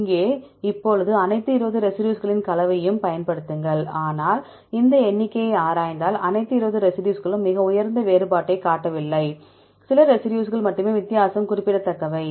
இங்கே இப்போது அனைத்து 20 ரெசிடியூஸ்களின் கலவையையும் பயன்படுத்துங்கள் ஆனால் இந்த எண்ணிக்கையை ஆராய்ந்தால் அனைத்து 20 ரெசிடியூஸ்களும் மிக உயர்ந்த வேறுபாட்டைக் காட்டவில்லை சில ரெசிடியூஸ்கள் மட்டுமே வித்தியாசம் குறிப்பிடத்தக்கவை